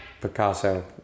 Picasso